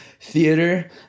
theater